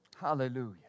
Hallelujah